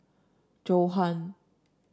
Johan